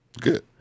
good